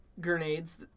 grenades